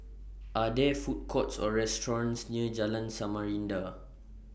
Are There Food Courts Or restaurants near Jalan Samarinda